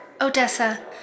Odessa